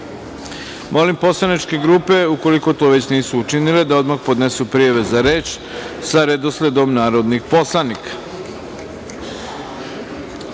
poslaničke grupe, ukoliko to već nisu učinile, da odmah podnesu prijave za reč sa redosledom narodnih poslanika. Saglasno